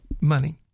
money